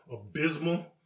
abysmal